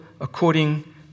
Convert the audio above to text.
according